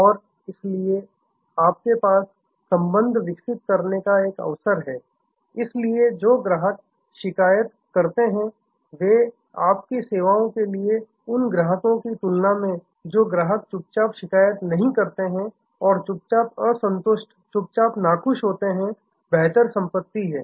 और इसलिए आपके पास संबंध विकसित करने का एक अवसर है इसलिए जो ग्राहक शिकायत करते हैं वे आपकी सेवाओं के लिए उन ग्राहकों की तुलना में जो ग्राहक जो चुपचाप शिकायत नहीं करते हैं और चुपचाप असंतुष्ट चुपचाप नाखुश रहते हैं बेहतर संपत्ति हैं